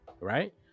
right